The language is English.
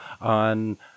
on